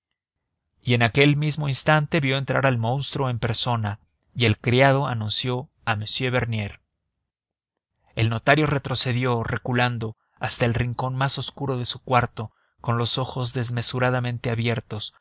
y en aquel mismo instante vio entrar al monstruo en persona y el criado anunció a m bernier el notario retrocedió reculando hasta el rincón más oscuro de su cuarto con los ojos desmesuradamente abiertos